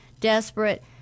desperate